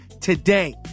today